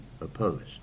opposed